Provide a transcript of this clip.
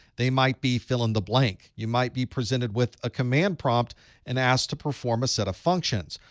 they might be fill in the blank. you might be presented with a command prompt and asked to perform a set of functions,